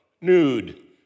nude